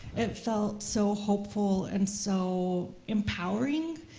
it felt so hopeful and so empowering,